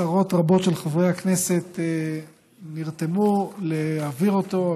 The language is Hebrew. ועשרות רבות של חברי הכנסת נרתמו להעביר אותו.